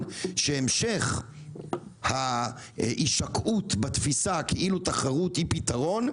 שהמשך ההישקעות בתפיסה כאילו תחרות היא פתרון,